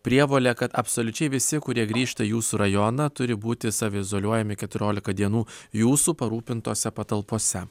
prievole kad absoliučiai visi kurie grįžta į jūsų rajoną turi būti saviizoliuojami keturiolika dienų jūsų parūpintose patalpose